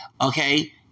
Okay